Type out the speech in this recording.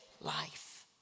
life